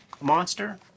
Monster